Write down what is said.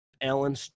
Alan